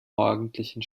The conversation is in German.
morgendlichen